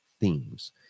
themes